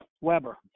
Weber